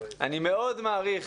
אני מאוד מעריך